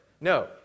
No